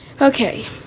Okay